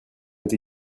été